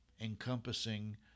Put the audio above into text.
encompassing